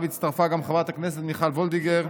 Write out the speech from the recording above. שאליו הצטרפה גם חברת הכנסת מיכל וולדיגר,